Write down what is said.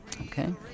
Okay